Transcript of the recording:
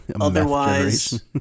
otherwise